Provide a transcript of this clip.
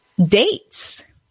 dates